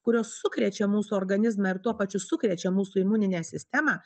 kurios sukrečia mūsų organizmą ir tuo pačiu sukrečia mūsų imuninę sistemą